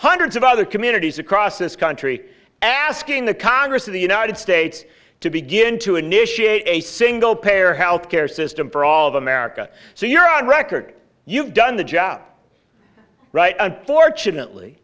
hundreds of other communities across this country asking the congress of the united states to begin to initiate a single payer health care system for all of america so you're on record you've done the job right unfortunately